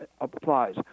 applies